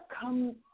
come